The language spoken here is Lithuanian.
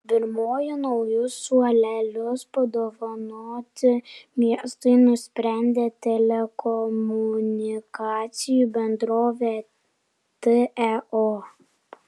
pirmoji naujus suolelius padovanoti miestui nusprendė telekomunikacijų bendrovė teo